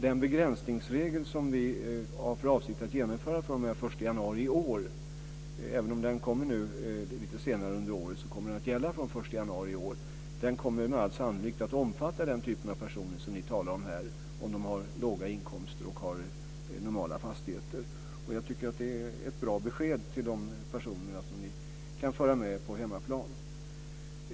Den begränsningsregel som vi har för avsikt att genomföra fr.o.m. den 1 januari i år - även om den kommer lite senare under året kommer den att gälla från den 1 januari i år - kommer med all sannolikhet att omfatta den typ av personer som ni talar om här, om de har låga inkomster och normala fastigheter. Jag tycker att det är ett bra besked till de här personerna som ni kan föra med hem.